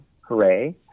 hooray